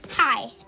Hi